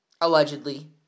allegedly